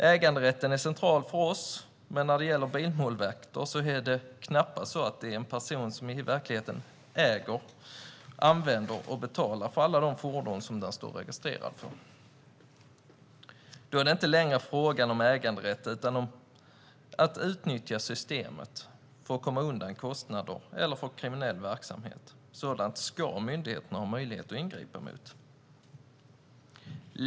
Äganderätten är central för oss, men när det gäller bilmålvakter är det knappast så att dessa personer i verkligheten äger, använder och har betalat för alla de fordon som står registrerade på dem. Då är det inte längre fråga om äganderätt utan om att utnyttja systemet för att komma undan kostnader eller för kriminell verksamhet. Sådant ska myndigheterna ha möjlighet att ingripa mot.